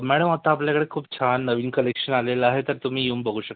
madam आता आपल्याकडे खूप छान नवीन कलेक्शन आलेलं आहे तर तुम्ही येऊन बघू शकता